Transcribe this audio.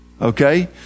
okay